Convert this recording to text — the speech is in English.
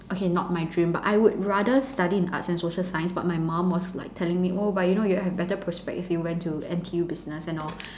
okay not my dream but I would rather study in arts and social science but my mum was like telling me oh but you know you'll have better prospects if you went to N_T_U business and all